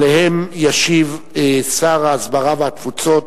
וישיב עליהן שר ההסברה והתפוצות,